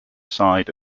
side